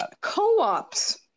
co-ops